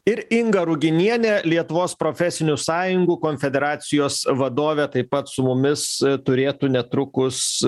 ir inga ruginienė lietuvos profesinių sąjungų konfederacijos vadovė taip pat su mumis turėtų netrukus